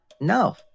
No